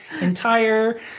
entire